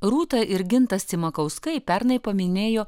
rūta ir gintas cimakauskai pernai paminėjo